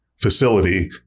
facility